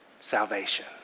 salvation